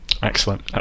Excellent